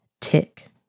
tick